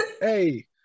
Hey